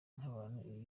nk’abantu